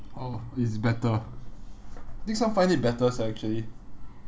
oh it's better I think some find it better sia actually